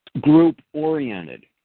group-oriented